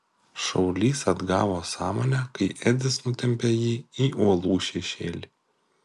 šaulys atgavo sąmonę kai edis nutempė jį į uolų šešėlį